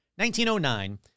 1909